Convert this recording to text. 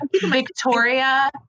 Victoria